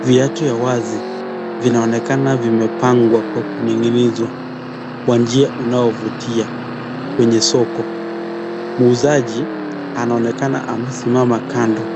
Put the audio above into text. Viatu ya wazi, zinaonekana zimepangwa kwa kuning'inizwa, kwa njia unaovutia kwenye soko, muuzaji anaonekana amesimama kando